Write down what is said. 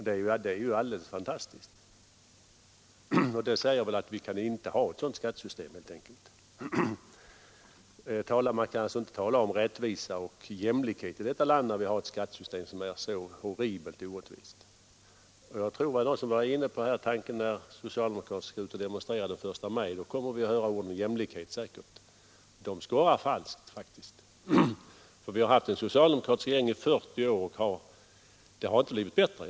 Det är ju alldeles fantastiskt, och det säger väl att vi helt enkelt inte kan ha ett sådant skattesystem. Man kan inte tala om rättvisa och jämlikhet i detta land, när vi har ett skattesystem som är så horribelt orättvist. Då socialdemokraterna skall ut och demonstrera den 1 maj, kommer vi säkert att få höra talas om jämlikhet, men det skorrar falskt. Vi har haft en socialdemokratisk regering i 40 år, och det har inte blivit bättre.